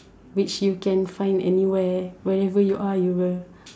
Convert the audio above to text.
which you can find anywhere wherever you are you will